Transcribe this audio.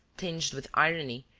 tinged with irony,